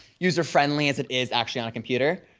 user friendly as it is actually on a computer.